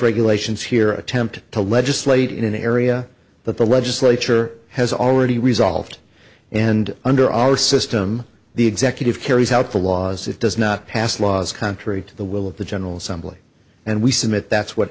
regulations here attempt to legislate in an area that the legislature has already resolved and under our system the executive carries out the law as it does not pass laws contrary to the will of the general assembly and we submit that's what